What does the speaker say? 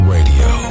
Radio